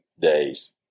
days